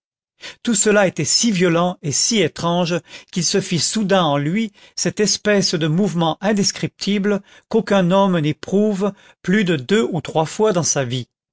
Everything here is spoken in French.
tout cela était si violent et si étrange qu'il se fit soudain en lui cette espèce de mouvement indescriptible qu'aucun homme n'éprouve plus de deux ou trois fois dans sa vie